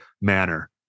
manner